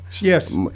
Yes